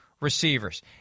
receivers